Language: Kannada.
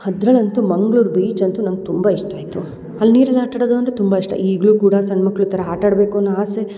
ಅದ್ರಲ್ಲಿ ಅಂತೂ ಮಂಗ್ಳೂರು ಬೀಚ್ ಅಂತು ನಂಗೆ ತುಂಬ ಇಷ್ಟ ಆಯಿತು ಅಲ್ಲಿ ನೀರಲ್ಲಿ ಆಟ ಆಡದು ಅಂದರೆ ತುಂಬ ಇಷ್ಟ ಈಗಲು ಕೂಡ ಸಣ್ಣ ಮಕ್ಕಳು ಥರ ಆಟ ಆಡಬೇಕು ಅನ್ನೋ ಆಸೆ